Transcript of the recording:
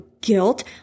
guilt